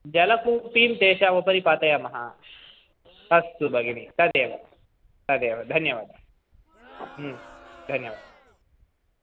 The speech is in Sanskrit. जलकूपीं तेषाम् उपरि पातयामः अस्तु भगिनि तदेव तदेव धन्यवादः धन्यवादः